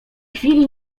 chwili